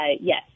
yes